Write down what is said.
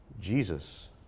Jesus